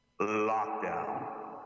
Lockdown